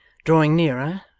drawing nearer,